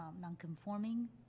non-conforming